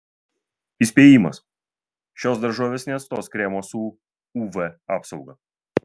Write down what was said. įspėjimas šios daržovės neatstos kremo su uv apsauga